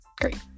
Great